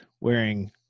wearing